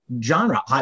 genre